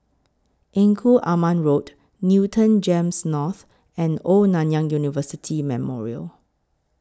Engku Aman Road Newton Gems North and Old Nanyang University Memorial